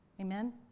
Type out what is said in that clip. Amen